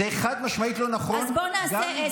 זה חד-משמעית לא נכון, אז בוא נעשה עסק, אוקיי?